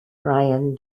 brian